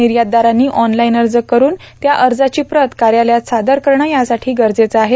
निर्यातदारांनी online अर्ज करून त्या अर्जाची प्रत कार्यालयात सादर करणे यासाठी गरजेचे आहे